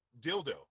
dildo